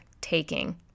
taking